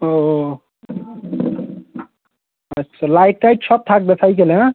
ও আচ্ছা light tight সব থাকবে সাইকেলে হ্যাঁ